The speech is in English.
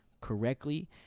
correctly